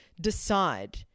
decide